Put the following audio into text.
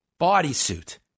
bodysuit